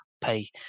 pay